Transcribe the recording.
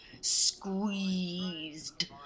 squeezed